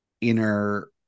inner